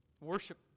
worship